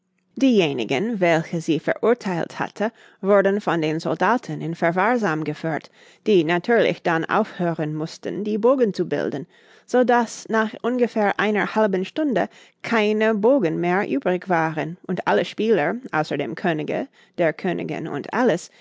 diejenigen welche sie verurtheilt hatte wurden von den soldaten in verwahrsam geführt die natürlich dann aufhören mußten die bogen zu bilden so daß nach ungefähr einer halben stunde keine bogen mehr übrig waren und alle spieler außer dem könige der königin und alice